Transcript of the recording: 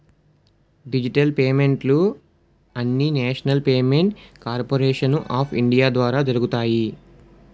digital పేమెంట్లు అన్నీనేషనల్ payment corporation of India ద్వారా జరుగుతాయి